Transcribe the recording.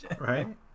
Right